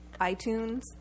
iTunes